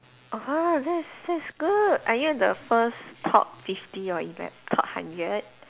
!wah! that's that's good are you the first top fifty or is like top hundred